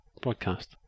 broadcast